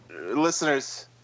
listeners